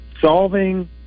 solving